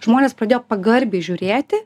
žmonės pradėjo pagarbiai žiūrėti